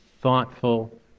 thoughtful